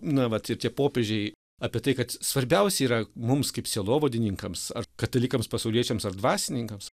na vat ir tie popiežiai apie tai kad svarbiausia yra mums kaip sielovadininkams ar katalikams pasauliečiams ir dvasininkams